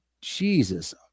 Jesus